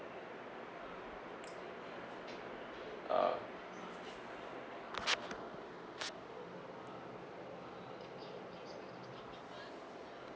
ah